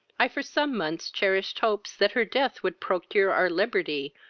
i for some months cherished hopes that her death would procure our liberty,